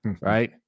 right